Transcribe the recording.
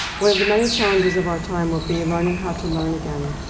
one of the many challenges of our time will be learning how to learn again,